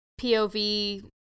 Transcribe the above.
POV